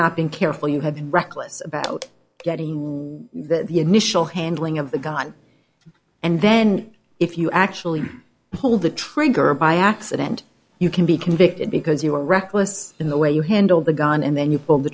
not been careful you have been reckless about getting the initial handling of the gun and then if you actually pull the trigger by accident you can be convicted because you were reckless in the way you handled the gun and then you pull the